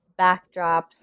backdrops